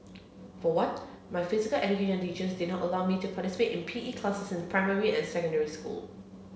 for one my physical education teachers did not allow me to participate in P E classes in primary and secondary school